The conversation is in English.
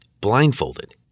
blindfolded